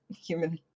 human